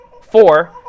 Four